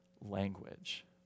language